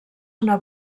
una